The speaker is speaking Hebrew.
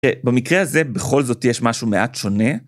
במקרה הזה בכל זאת יש משהו מעט שונה.